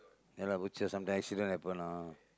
ya lah butcher sometimes accident happen lah